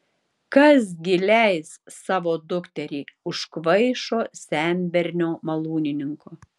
kas gi leis savo dukterį už kvaišo senbernio malūnininko